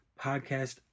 Podcast